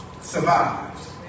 Survives